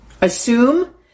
Assume